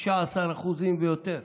16% ויותר.